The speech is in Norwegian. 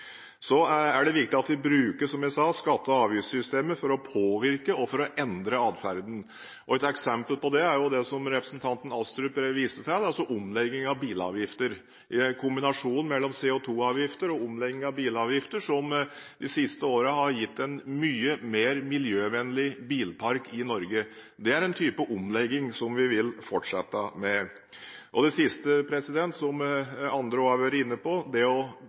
Så er det, som jeg sa, viktig at vi bruker skatte- og avgiftssystemet for å påvirke og endre atferden. Et eksempel på det er det som representanten Astrup viste til – omlegging av bilavgifter. Kombinasjonen av CO2-avgifter og omlegging av bilavgifter har de siste årene gitt en mye mer miljøvennlig bilpark i Norge. Det er en type omlegging som vi vil fortsette med. Det siste, som andre også har vært inne på, er at å